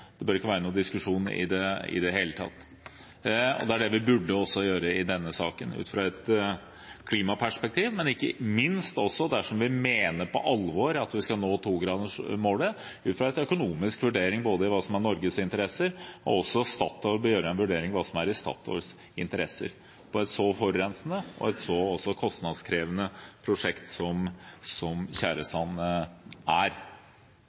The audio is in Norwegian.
Det bør ikke være noen diskusjon i det hele tatt. Det er det vi også burde gjøre i denne saken, ut fra et klimaperspektiv, men ikke minst dersom vi mener på alvor at vi skal nå togradersmålet, ut fra en økonomisk vurdering, både se på hva som er i Norges interesse, og også Statoil bør gjøre en vurdering av hva som er i Statoils interesse med hensyn til et så forurensende og kostnadskrevende prosjekt som tjæresand er.